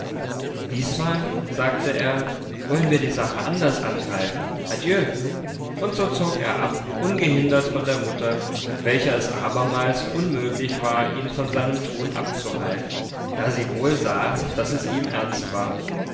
diesmal sagte er wollen wir die sache anders angreifen adieu und so zog er ab ungehindert von der mutter welcher es abermals unmöglich war ihn von seinem tun abzuhalten da sie wohl sah daß es ihm ernst war